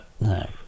No